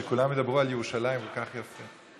שכולם ידברו על ירושלים כל כך יפה.